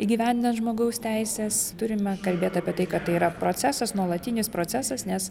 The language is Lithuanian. įgyvendinant žmogaus teises turime kalbėti apie tai kad tai yra procesas nuolatinis procesas nes